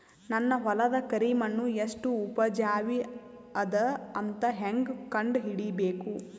ನನ್ನ ಹೊಲದ ಕರಿ ಮಣ್ಣು ಎಷ್ಟು ಉಪಜಾವಿ ಅದ ಅಂತ ಹೇಂಗ ಕಂಡ ಹಿಡಿಬೇಕು?